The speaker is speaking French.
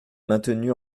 maintenu